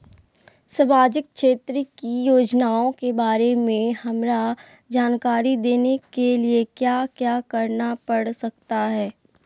सामाजिक क्षेत्र की योजनाओं के बारे में हमरा जानकारी देने के लिए क्या क्या करना पड़ सकता है?